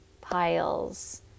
piles